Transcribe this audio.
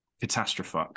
catastrophe